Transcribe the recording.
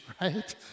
right